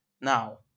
Now